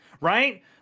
right